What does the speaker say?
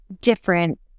different